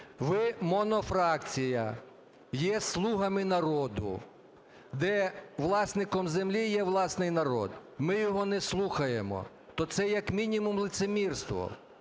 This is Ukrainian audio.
Ви монофракція є "слугами народу", де власником землі є власний народ. Ми його не слухаємо, то це, як мінімум, лицемірство.